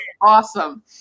awesome